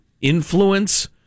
influence